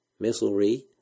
missilery